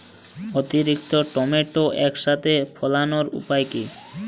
অতিরিক্ত টমেটো একসাথে ফলানোর উপায় কী?